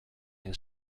his